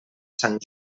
sant